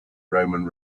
roman